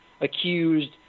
accused